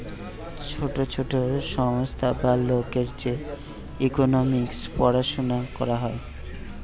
ছোট ছোট সংস্থা বা লোকের যে ইকোনোমিক্স পড়াশুনা করা হয়